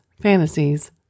fantasies